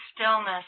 stillness